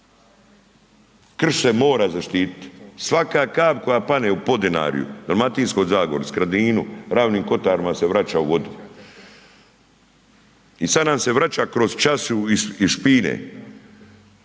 krše, mora zaštitit, svaka kap koja pane u Podinarju, Dalmatinskoj zagori, Skradinu, Ravnim Kotarima se vraća u vodu i sad nam se vraća kroz čašu iz špine.